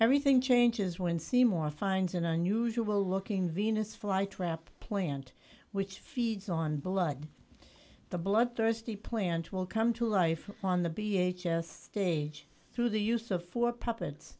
everything changes when seymour finds an unusual looking venus flytrap plant which feeds on blood the blood thirsty plant will come to life on the b h a stage through the use of four puppets